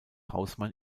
hausmann